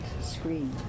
screen